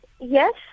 yes